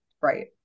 right